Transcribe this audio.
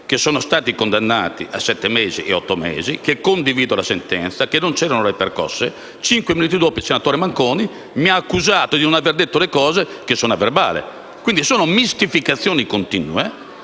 sono stati condannati a sette mesi e otto mesi, che condivido la sentenza e che non c'erano le percosse. Cinque minuti dopo il senatore Manconi mi ha accusato di non aver detto le cose che sono sul Resoconto. Quindi, sono mistificazioni continue